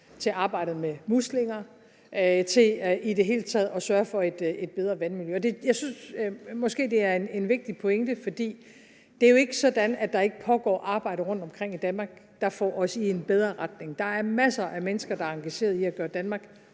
til at arbejde med muslinger og til i det hele taget at sørge for et bedre vandmiljø. Jeg synes måske, at det er en vigtig pointe, for det jo ikke er sådan, at der ikke pågår arbejde rundtomkring i Danmark, der får os i en bedre retning. Der er masser af mennesker, der er engageret i at gøre Danmark